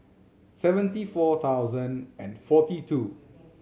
seventy four thousand and forty two